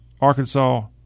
Arkansas